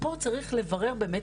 פה צריך לברר באמת,